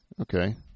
Okay